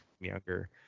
younger